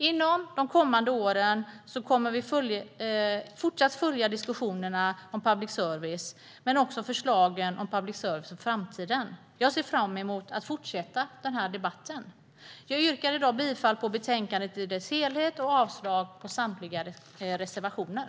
Under de kommande åren kommer vi fortsatt att följa diskussionerna om public service men också förslagen om public service för framtiden. Jag ser fram emot att fortsätta den här debatten. Jag yrkar i dag bifall till betänkandet i dess helhet och avslag på samtliga reservationer.